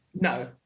No